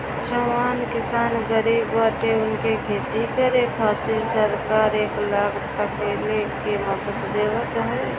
जवन किसान गरीब बाटे उनके खेती करे खातिर सरकार एक लाख तकले के मदद देवत ह